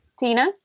Tina